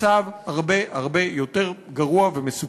למצב הרבה הרבה יותר גרוע ומסוכן.